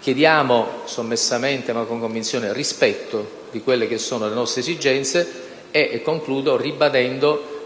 Chiediamo, sommessamente ma con convinzione, rispetto delle nostre esigenze. Concludo ribadendo